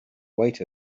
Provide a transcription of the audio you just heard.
wait